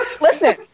Listen